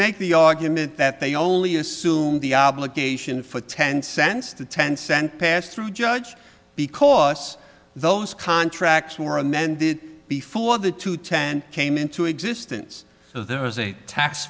make the argument that they only assume the obligation for ten cents to ten cent pass through judge because those contracts were amended before the two ten came into existence so there is a tax